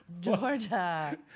Georgia